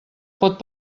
pot